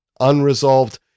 unresolved